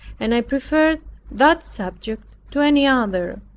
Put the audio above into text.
and i preferred that subject to any other.